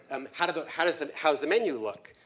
um how does how does the, how does the menu look?